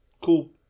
cool